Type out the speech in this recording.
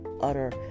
utter